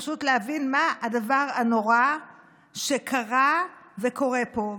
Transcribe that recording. פשוט להבין מה הדבר הנורא שקרה וקורה פה.